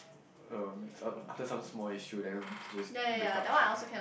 uh after some small issue then just break up with you